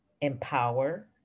empower